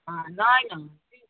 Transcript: नहि नहि